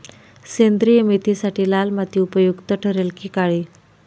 सेंद्रिय मेथीसाठी लाल माती उपयुक्त ठरेल कि काळी?